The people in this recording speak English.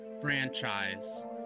franchise